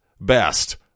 best